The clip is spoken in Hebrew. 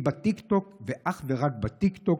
היא בטיקטוק ואך ורק בטיקטוק.